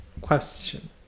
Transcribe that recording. question